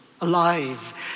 alive